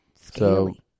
scaly